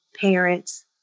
parents